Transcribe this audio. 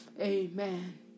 amen